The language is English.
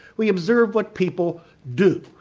we observe what people do,